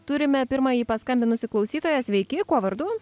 turime pirmąjį paskambinusį klausytoją sveiki kuo vardu